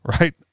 right